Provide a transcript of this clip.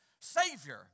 Savior